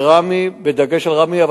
זה ראמה, בדגש על ראמה.